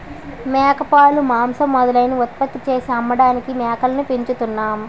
మేకపాలు, మాంసం మొదలైనవి ఉత్పత్తి చేసి అమ్మడానికి మేకల్ని పెంచుతున్నాం